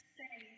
say